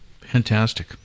Fantastic